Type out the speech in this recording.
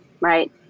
right